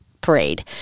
parade